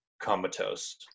comatose